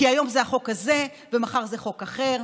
כי היום זה החוק הזה ומחר זה חוק אחר,